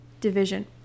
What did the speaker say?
division